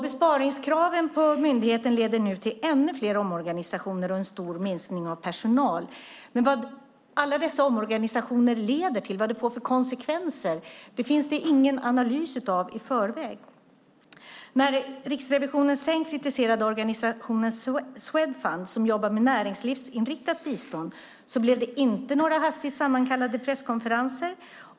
Besparningskraven på myndigheten leder nu till ännu fler omorganisationer och en stor minskning av personal. Men vad alla dessa omorganisationer leder till och vilka konsekvenser de får finns det ingen analys av i förväg. När Riksrevisionen sedan kritiserade organisationen Swedfund, som jobbar med näringslivsinriktat bistånd, blev det inte några hastigt sammankallade presskonferenser.